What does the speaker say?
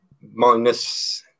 minus